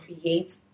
create